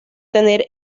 tener